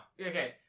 Okay